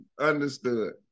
Understood